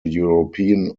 european